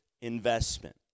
investment